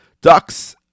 ducks